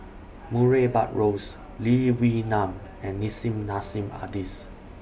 Murray Buttrose Lee Wee Nam and Nissim Nassim Adis